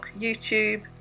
YouTube